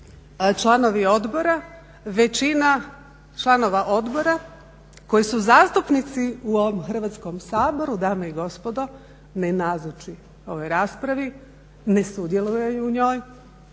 članovi odbora, većina članova odbora koji su zastupnici u ovom Hrvatskom saboru dame i gospodo nenazoči ovoj raspravi, ne sudjeluje u njoj,